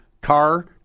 car